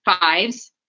fives